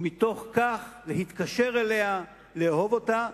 ומתוך כך להתקשר אליה, לאהוב אותה,